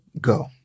go